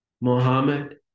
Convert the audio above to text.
Mohammed